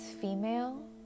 female